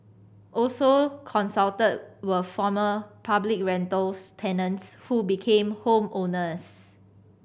also consulted were former public rental tenants who became home owners